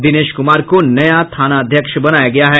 दिनेश कुमार को नया थानाध्यक्ष बनाया गया है